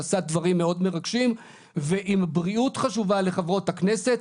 נשאת דברים מאוד מרגשים ואם בריאות חשובה לחברות הכנסת,